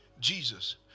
Jesus